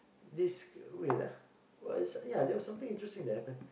this wait lah ya there was something interesting the other time